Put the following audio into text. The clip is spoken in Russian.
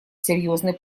серьезной